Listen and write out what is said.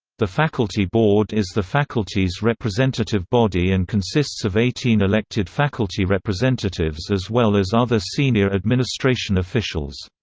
the faculty board is the faculty's representative body and consists of eighteen elected faculty representatives as well as other senior administration officials.